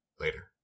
later